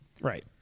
Right